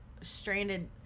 stranded